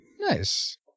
Nice